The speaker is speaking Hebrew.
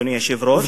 אדוני היושב-ראש.